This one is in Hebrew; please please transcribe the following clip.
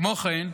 כמו כן,